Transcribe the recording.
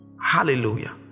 Hallelujah